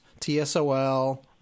TSOL